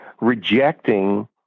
rejecting